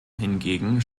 hingegen